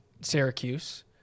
Syracuse